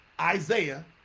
Isaiah